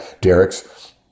Derek's